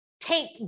take